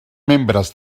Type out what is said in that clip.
membres